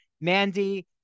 Mandy